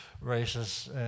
races